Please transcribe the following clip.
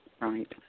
Right